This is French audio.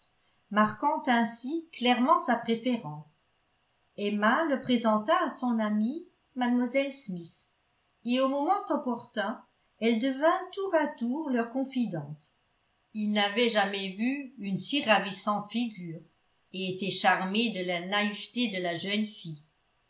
marquant ainsi clairement sa préférence emma le présenta à son amie mlle smith et au moment opportun elle devint tour à tour leur confidente il n'avait jamais vu une si ravissante figure et était charmé de la naïveté de la jeune fille